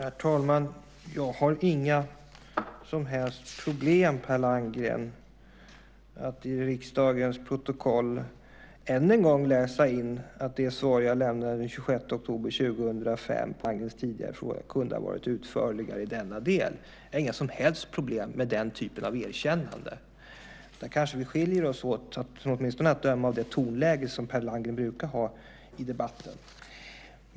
Herr talman! Jag har inga som helst problem med att i riksdagens protokoll än en gång läsa in att det svar jag lämnade den 26 oktober 2005 på Landgrens tidigare fråga kunde ha varit utförligare i denna del. Jag har inga som helst problem med den typen av erkännanden. Där kanske vi skiljer oss åt, åtminstone att döma av det tonläge som Per Landgren brukar ha i debatten.